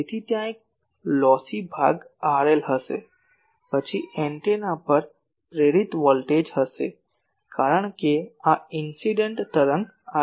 તેથી ત્યાં એક લોસી ભાગ RL હશે પછી એન્ટેના પર પ્રેરિત વોલ્ટેજ હશે કારણ કે આ ઇન્સીડેંટ તરંગ આવી રહી છે